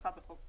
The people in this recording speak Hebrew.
כנוסחה בחוק זה,